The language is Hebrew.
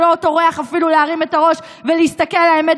שלא טורח אפילו להרים את הראש ולהסתכל על האמת